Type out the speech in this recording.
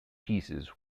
pieces